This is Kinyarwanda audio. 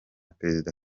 perezida